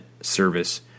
service